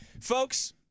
Folks